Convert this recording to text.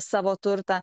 savo turtą